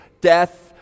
death